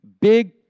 big